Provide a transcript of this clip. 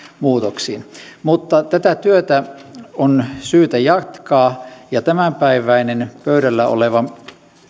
muutoksiin mutta tätä työtä on syytä jatkaa ja tämänpäiväinen pöydällä oleva